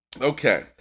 Okay